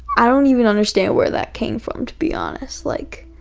i don't even understand where that came from, to be honest. like,